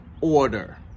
order